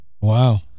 wow